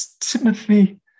Timothy